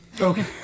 Okay